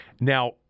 Now